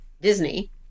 Disney